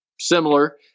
similar